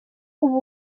ubu